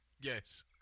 Yes